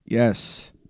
Yes